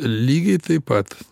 lygiai taip pat